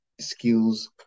skills